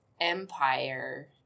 empire